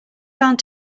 found